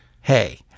Hey